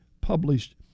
published